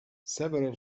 several